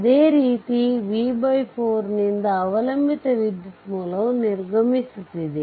ಅದೇ ರೀತಿ ಈ v 4 ನಿಂದ ಈ ಅವಲಂಬಿತ ವಿದ್ಯುತ್ ಮೂಲವು ನಿರ್ಗಮಿಸುತ್ತದೆ